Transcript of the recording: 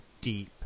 deep